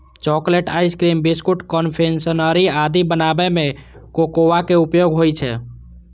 chocolate, ice cream, biscuit, confectionery आदि बनाबै मे कोकोआ के उपयोग होइ छै